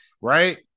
right